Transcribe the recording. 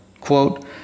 quote